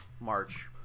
March